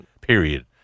Period